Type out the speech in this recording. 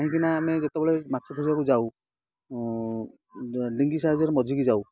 କାହିଁକିନା ଆମେ ଯେତେବେଳେ ମାଛ ଧରିବାକୁ ଯାଉ ଡେଙ୍ଗୀ ସାହାଯ୍ୟରେ ମଝିକି ଯାଉ